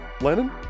Lennon